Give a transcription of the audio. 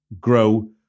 grow